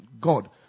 God